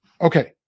okay